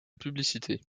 publicité